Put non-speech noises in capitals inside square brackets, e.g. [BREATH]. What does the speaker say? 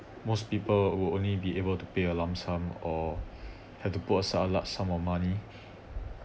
most people will only be able to pay a lump sum or [BREATH] had to put a sum of money